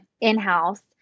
in-house